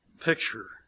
picture